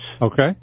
Okay